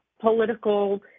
political